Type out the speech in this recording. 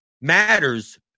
matters